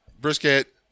Brisket